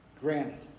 Granted